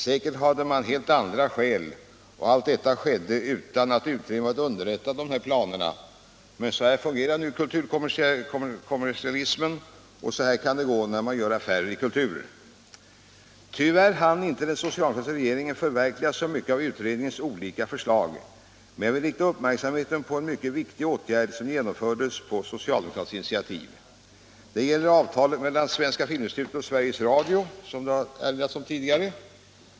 Säkert hade man helt andra skäl, och allt detta skedde utan att utredningen varit underrättad om dessa planer. Men så här fungerar nu kulturkommersialismen, och så här kan det gå när man gör affärer i kultur. Tyvärr hann inte den socialdemokratiska regeringen förverkliga så mycket av utredningens olika förslag, men jag vill rikta uppmärksamheten på en mycket viktig åtgärd som genomfördes på socialdemokratiskt initiativ. Det gäller avtalet mellan Svenska filminstitutet och Sveriges Radio, som det här erinrats om tidigare.